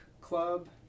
club